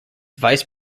vice